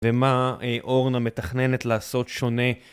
ומה אורנה מתכננת לעשות שונה.